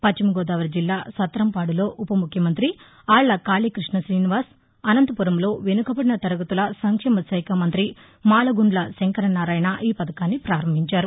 పశ్చిమ గోదావరి జిల్లా సత్రంపాడులో ఉప ముఖ్యమంతి ఆళ్ళ కాళీకృష్ణ శ్రీనివాస్ అనంతపురంలో వెనుకబడిన తరగతుల సంక్షేమ శాఖ మంతి మాలగుండ్ల శంకర నారాయణ ఈ పథకాన్ని ప్రపారంభించారు